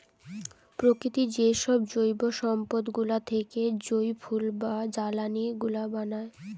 প্রকৃতির যেসব জৈব সম্পদ গুলা থেকে যই ফুয়েল বা জ্বালানি গুলা বানায়